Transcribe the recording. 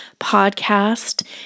podcast